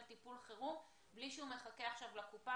טיפול חירום בלי שהוא מחכה עכשיו לקופה